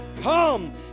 come